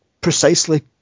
precisely